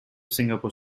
singapore